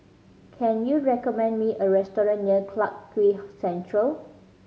can you recommend me a restaurant near Clarke Quay Central